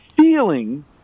feeling